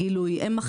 הם מחזקים את הגילוי,